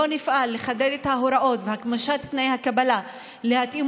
לא נפעל לחדד את ההוראות ולהגמשת תנאי הקבלה ולהתאים